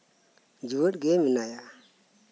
ᱡᱤᱣᱭᱮᱫ ᱜᱮ ᱢᱮᱱᱟᱭᱟ